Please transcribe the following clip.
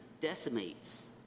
decimates